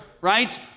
right